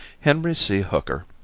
henry c. hooker,